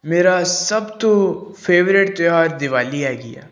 ਮੇਰਾ ਸਭ ਤੋਂ ਫੇਵਰੇਟ ਤਿਉਹਾਰ ਦਿਵਾਲੀ ਹੈਗੀ ਆ